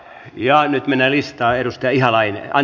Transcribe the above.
ja nyt mennään listaan